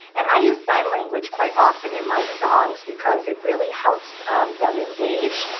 and i use sign language quite often in my songs, because it really helps them engage.